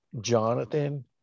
Jonathan